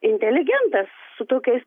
inteligentas su tokiais